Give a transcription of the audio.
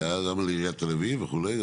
הייתה גם על עיריית תל אביב וכו'.